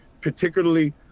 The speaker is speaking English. particularly